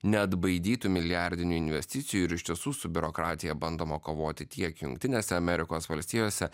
neatbaidytų milijardinių investicijų ir iš tiesų su biurokratija bandoma kovoti tiek jungtinėse amerikos valstijose